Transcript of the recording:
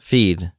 Feed